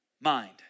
mind